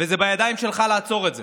וזה בידיים שלך לעצור את זה.